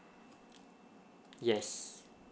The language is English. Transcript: yes